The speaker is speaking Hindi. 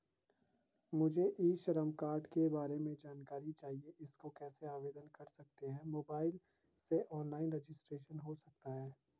मुझे ई श्रम कार्ड के बारे में जानकारी चाहिए इसको कैसे आवेदन कर सकते हैं मोबाइल से ऑनलाइन रजिस्ट्रेशन हो सकता है?